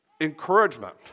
encouragement